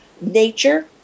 nature